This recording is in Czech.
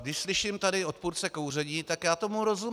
Když slyším tady odpůrce kouření, tak já tomu rozumím.